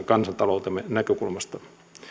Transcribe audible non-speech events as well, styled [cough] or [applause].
[unintelligible] kansantaloutemme näkökulmasta